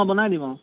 অঁ বনাই দিম অঁ